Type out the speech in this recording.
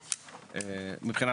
מבחינה,